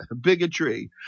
bigotry